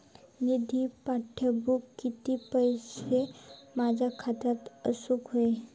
निधी पाठवुक किती पैशे माझ्या खात्यात असुक व्हाये?